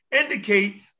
indicate